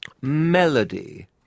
melody